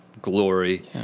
glory